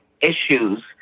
issues